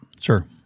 Sure